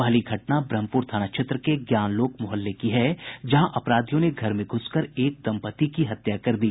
पहली घटना ब्रह्मपुर थाना क्षेत्र के ज्ञान लोक मोहल्ले की है जहां अपराधियों ने घर में घुसकर एक दंपति की हत्या कर दी